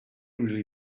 really